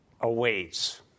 awaits